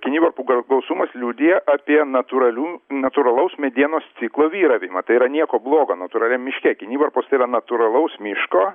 kinivarpų ga gausumas liudija apie natūralių natūralaus medienos ciklo vyravimą tai yra nieko blogo natūraliam miške kinivarpos tai yra natūralaus miško